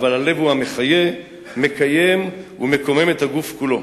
אבל הלב הוא המחיה, מקיים ומקומם את הגוף כולו.